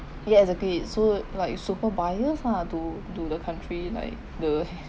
ya exactly so like super bias lah to do the country like the